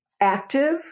active